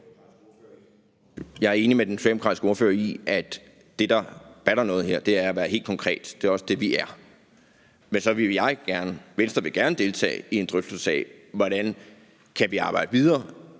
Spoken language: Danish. Jeg er enig med den socialdemokratiske ordfører i, at det, der batter noget her, er at være helt konkret. Det er også det, vi er. Men jeg og Venstre vil gerne deltage i en drøftelse af, hvordan vi kan arbejde videre.